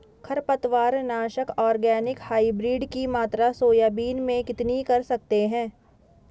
खरपतवार नाशक organic hybrid की मात्रा सोयाबीन में कितनी कर सकते हैं?